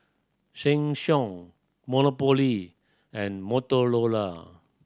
Sheng Siong Monopoly and Motorola